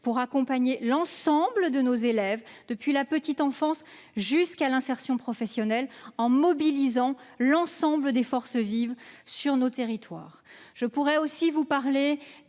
pour accompagner tous nos élèves, depuis la petite enfance jusqu'à l'insertion professionnelle, en mobilisant l'ensemble des forces vives sur nos territoires.